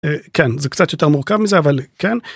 כן זה קצת יותר מורכב מזה אבל כן.